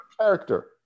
character